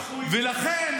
--- ולכן,